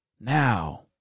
Now